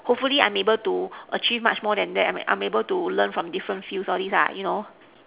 hopefully I'm able to achieve much more than that I'm I'm able to learn from different fields all these ah you know